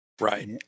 right